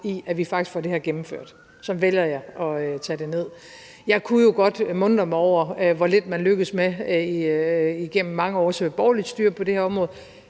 at vi faktisk får det her gennemført; sådan vælger jeg at tage det ned. Jeg kunne jo godt muntre mig over, hvor lidt man lykkedes med igennem mange års borgerligt styre på det her område,